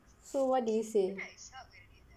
so what did you say